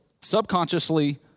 subconsciously